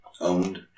Owned